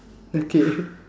okay